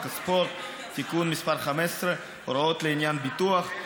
הספורט (תיקון מס' 15) (הוראות לעניין ביטוח).